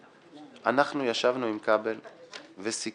אנחנו ישבנו עם כבל וסיכמנו.